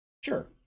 Sure